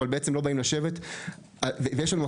מטי שניה.